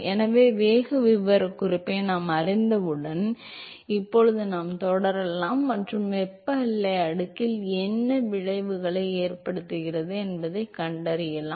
எனவே வேக விவரக்குறிப்பை நாம் அறிந்தவுடன் இப்போது நாம் தொடரலாம் மற்றும் அது வெப்ப எல்லை அடுக்கில் என்ன விளைவுகளை ஏற்படுத்துகிறது என்பதைக் கண்டறியலாம்